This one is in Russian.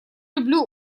люблю